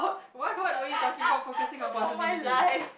what what what you talking about focusing on positivity